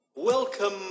Welcome